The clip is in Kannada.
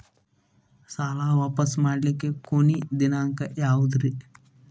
ಸಾಲಾ ವಾಪಸ್ ಮಾಡ್ಲಿಕ್ಕೆ ಕೊನಿ ದಿನಾಂಕ ಯಾವುದ್ರಿ?